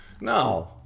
No